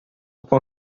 com